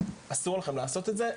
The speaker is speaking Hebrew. אסור לכם לעשות את זה.